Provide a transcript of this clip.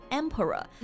emperor